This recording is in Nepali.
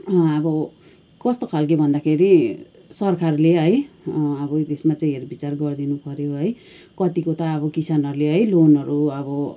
अब कस्तो खाल्के भन्दाखेरि सरकारले है अब उ त्यसमा चाहिँ हेरविचार गरिदिनु पर्यो है कत्तिको त अब किसानहरूले है लोनहरू अब